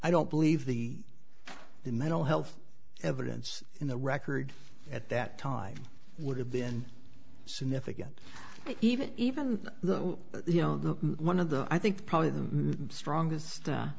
i don't believe the the mental health evidence in the record at that time would have been significant even even though you know the one of the i think probably the strongest